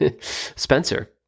Spencer